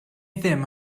ddim